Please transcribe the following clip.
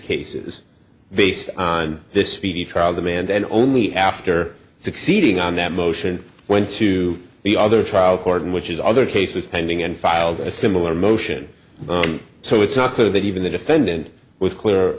cases based on this speedy trial demand and only after succeeding on that motion went to the other trial court in which is other cases pending and filed a similar motion so it's not clear that even the defendant was clear